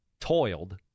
toiled